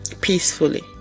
peacefully